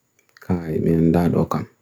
還是